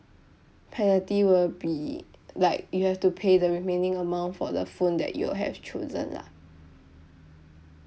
penalty will be like you have to pay the remaining amount for the phone that you have chosen lah